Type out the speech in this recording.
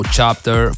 Chapter